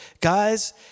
guys